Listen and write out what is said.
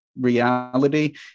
reality